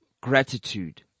Gratitude